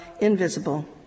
invisible